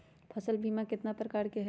फसल बीमा कतना प्रकार के हई?